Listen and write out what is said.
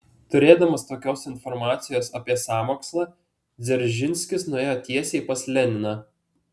turėdamas tokios informacijos apie sąmokslą dzeržinskis nuėjo tiesiai pas leniną